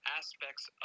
aspects